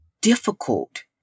difficult